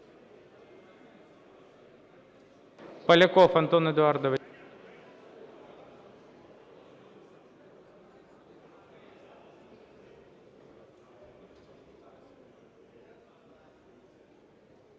Поляков Антон Едуардович.